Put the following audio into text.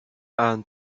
and